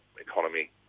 economy